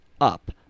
up